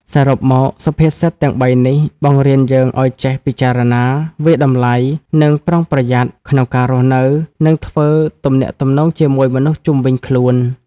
សរុបមក សុភាសិតទាំងបីនេះបង្រៀនយើងឱ្យចេះ ពិចារណា វាយតម្លៃ និង ប្រុងប្រយ័ត្ន ក្នុងការរស់នៅ និងធ្វើទំនាក់ទំនងជាមួយមនុស្សជុំវិញខ្លួន។